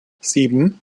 sieben